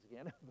again